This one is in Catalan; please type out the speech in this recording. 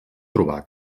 trobar